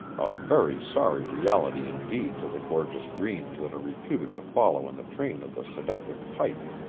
a very sorry reality indeed to the gorgeous dreams that are reputed to follow in the train of the seductive pipe.